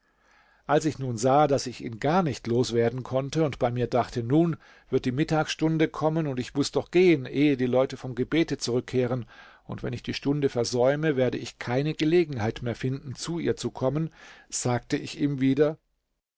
als ich nun sah daß ich ihn gar nicht los werden konnte und bei mir dachte nun wird die mittagsstunde kommen und ich muß doch gehen ehe die leute vom gebete zurückkehren und wenn ich die stunde versäume werde ich keine gelegenheit mehr finden zu ihr zu kommen sagte ich ihm wieder